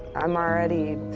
i'm already,